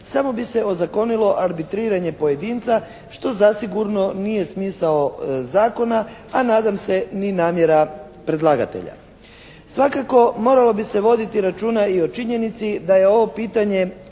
samo bi se ozakonilo arbitriranje pojedinca što zasigurno nije smisao zakona, a nadam se ni namjera predlagatelja. Svakako moralo bi se voditi računa i o činjenici da je ovo pitanje